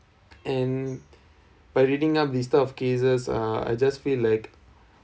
and by reading up this type of cases uh I just feel like